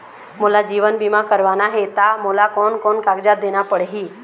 मोला जीवन बीमा करवाना हे ता मोला कोन कोन कागजात देना पड़ही?